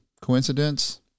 coincidence